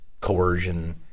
coercion